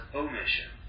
omission